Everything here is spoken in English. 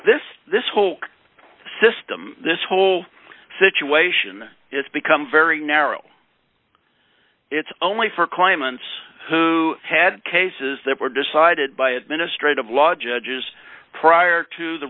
this this whole system this whole situation has become very narrow it's only for climates who had cases that were decided by administrative law judges prior to the